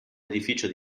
edificio